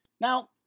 Now